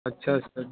अच्छा सर